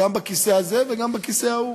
גם בכיסא הזה וגם בכיסא ההוא.